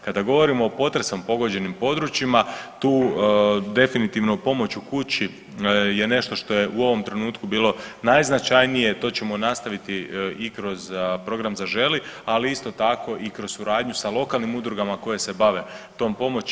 Kada govorimo o potresom pogođenim područjima tu definitivno pomoć u kući je nešto što je u ovom trenutku bilo najznačajnije, to ćemo nastaviti i kroz program „Zaželi“, ali isto tako i kroz suradnju sa lokalnim udrugama koje se bave tom pomoći.